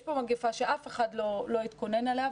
יש פה מגפה שאף אחד לא התכונן אליה,